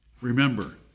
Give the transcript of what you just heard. remember